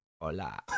Hola